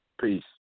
Peace